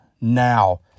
now